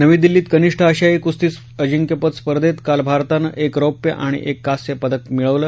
नवी दिल्लीत कनिष्ठ आशियाई कुस्ती अजिंक्यपद स्पर्धेत काल भारतानं एक रौप्य आणि एक कांस्य पदक मिळवलं